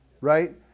right